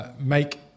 make